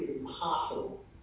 impossible